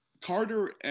Carter